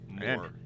More